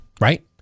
right